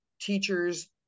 teachers